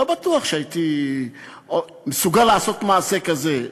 לא בטוח שהייתי מסוגל לעשות מעשה כזה,